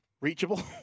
reachable